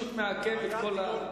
פשוט מעכב את הכול.